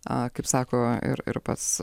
a kaip sako ir ir pats